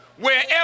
wherever